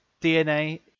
DNA